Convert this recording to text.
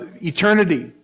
eternity